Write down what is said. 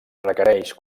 requereix